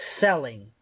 selling